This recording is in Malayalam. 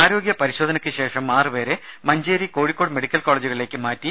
ആരോഗ്യ പരിശോധനയ്ക്ക് ശേഷം ആറുപേരെ മഞ്ചേരി കോഴിക്കോട് മെഡിക്കൽ കോളജുകളിലേക്ക് മാറ്റി